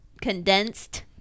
condensed